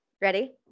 ready